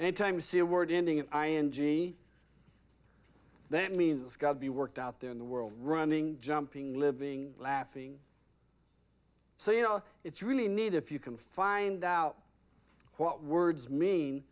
ion genie that means it's got to be worked out there in the world running jumping living laughing so you know it's really neat if you can find out what words mean